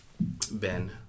Ben